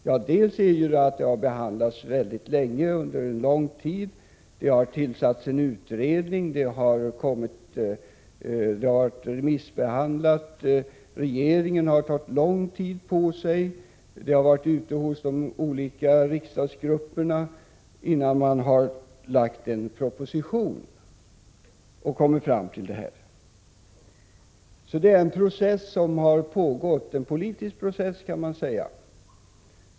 Frågan har behandlats under lång tid, det har tillsatts en utredning, frågan har remissbehandlats. Regeringen har tagit lång tid på sig, och frågan har diskuterats hos de olika riksdagsgrupperna innan en proposition har framlagts. Det är alltså en process som har pågått — en politisk process, kan man säga.